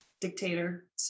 dictator